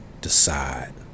Decide